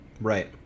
Right